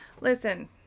Listen